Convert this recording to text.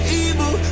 evil